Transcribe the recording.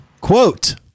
quote